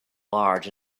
large